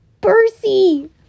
Percy